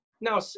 now